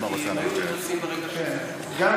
הם היו נכנסים ברגע שזה היה קורה.